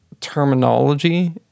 terminology